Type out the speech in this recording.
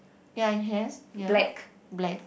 ya it has ya black